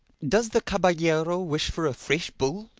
does the caballero wish for a fresh bull?